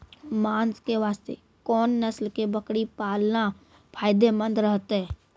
मांस के वास्ते कोंन नस्ल के बकरी पालना फायदे मंद रहतै?